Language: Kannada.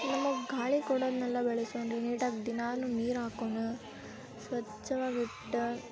ನಮಗೆ ಗಾಳಿ ಕೊಡೋದನ್ನೆಲ್ಲ ಬೆಳೆಸೋಣ್ರಿ ನೀಟಾಗಿ ದಿನಾಲೂ ನೀರು ಹಾಕೋಣ ಸ್ವಚ್ಛವಾಗಿಟ್ಟು